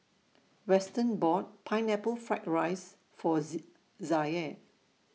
Weston bought Pineapple Fried Rice For Zaire